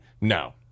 No